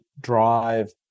drive